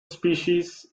species